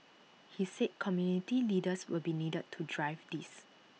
he said community leaders will be needed to drive this